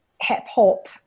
Hip-hop